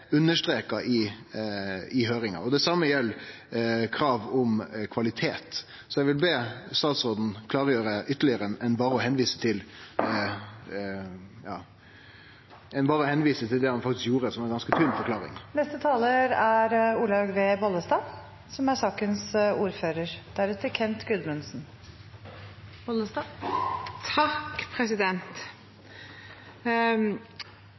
understreka i høyringa. Det same gjeld krav om kvalitet. Eg vil be statsråden klargjere ytterlegare enn berre å vise til det han faktisk gjorde, som er ei ganske tynn